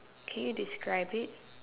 can you describe it